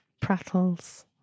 prattles